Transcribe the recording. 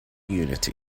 unity